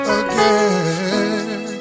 again